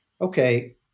okay